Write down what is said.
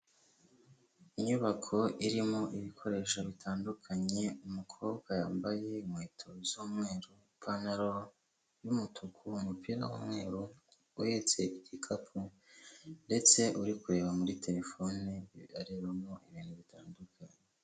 Inyubako irimo ibikoresho bitandukanye, umukobwa wambaye inkweto z'umweru, ipantaro y'umutuku, umupira w'umweru, uhetse igikapu ndetse uri kureba muri terefone, arebamo ibintu bitandukanye.